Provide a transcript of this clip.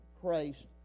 Christ